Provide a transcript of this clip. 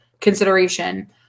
consideration